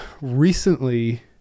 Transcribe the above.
recently